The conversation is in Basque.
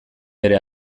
bere